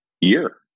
year